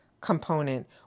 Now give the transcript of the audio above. component